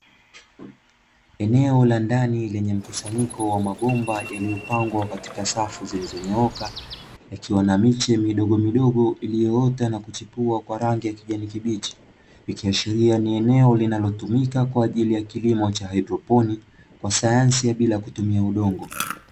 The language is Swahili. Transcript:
Eneo la ndani lenye mabomba yaliyopangwa kwenye safu zilizo nyooka, yakiwa na miche midogomidogo, iliyo ota na kuchipua kwa rangi ya kijani kibichi, ikiashiria ni eneo linalotumika kwa ajili ya kilimo cha haidtoponiki kwa sayansi ya bila kumvutia udongo.